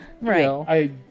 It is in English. Right